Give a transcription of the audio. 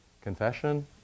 confession